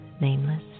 nameless